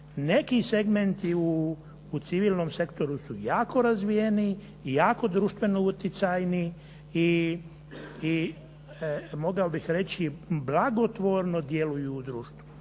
Neki segmenti u civilnom sektoru su jako razvijeni i jako društveno utjecajni i mogao bih reći blagotvorno djeluju u društvu.